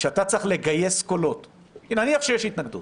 כשאתה צריך לגייס קולות, נניח שיש התנגדות